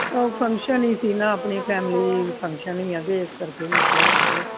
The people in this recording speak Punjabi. ਉਹ ਫੰਕਸ਼ਨ ਸੀ ਸੀ ਨਾ ਆਪਣੀ ਫੈਮਲੀ ਫੰਕਸ਼ਨ ਹੀ ਇਹਦੇ ਇਸ ਕਰਕੇ ਮੈਂ ਕਿਹਾ ਚਲੋ